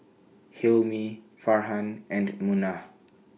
Hilmi Farhan and Munah